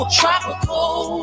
tropical